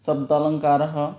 शब्दालङ्कारः